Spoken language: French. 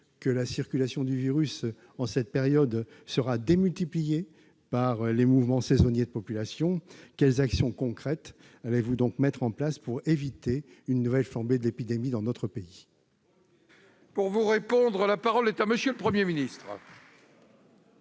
que la circulation du virus en cette période sera démultipliée par les mouvements saisonniers de populations. Quelles actions concrètes allez-vous mettre en place pour éviter une nouvelle flambée de l'épidémie dans notre pays ? La parole est à M. le Premier ministre.